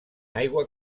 aigua